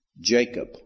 Jacob